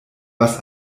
was